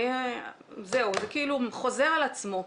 זהו, זה חוזר על עצמו.